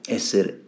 essere